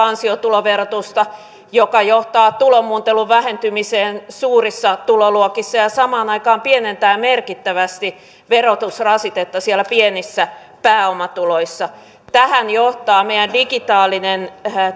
ansiotuloverotusta joka johtaa tulomuuntelun vähentymiseen suurissa tuloluokissa ja ja samaan aikaan pienentää merkittävästi verotusrasitetta siellä pienissä pääomatuloissa tähän johtaa meidän digitaalinen